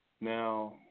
Now